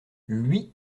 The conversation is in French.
lui